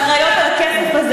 עשית משהו בשבילן?